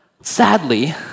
Sadly